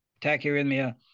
tachyarrhythmia